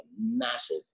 massive